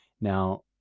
now